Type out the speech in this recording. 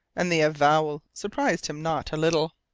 and the avowal surprised him not a little.